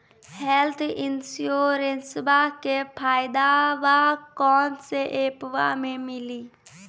Health इंश्योरेंसबा के फायदावा कौन से ऐपवा पे मिली?